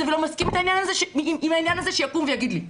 ולא מסכים עם העניין הזה שיקום ויגיד לי,